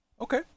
okay